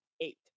eight